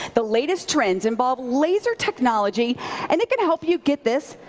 the latest trends involve laser technology and it can help you get this,